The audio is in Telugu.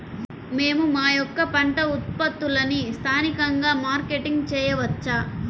మేము మా యొక్క పంట ఉత్పత్తులని స్థానికంగా మార్కెటింగ్ చేయవచ్చా?